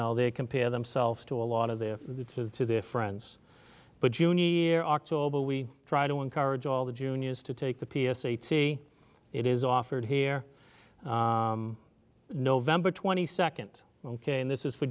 know they compare themselves to a lot of the to their friends but junior year october we try to encourage all the juniors to take the p s a t it is offered here november twenty second ok and this is for